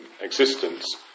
existence